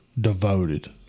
devoted